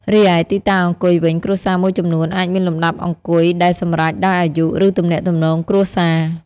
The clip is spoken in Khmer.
រីឯ ទីតាំងអង្គុយវិញ គ្រួសារមួយចំនួន អាចមានលំដាប់អង្គុយដែលសម្រេចដោយអាយុ ឬទំនាក់ទំនងគ្រួសារ។